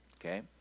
Okay